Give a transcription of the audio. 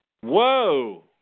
Whoa